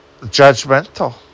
judgmental